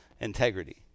integrity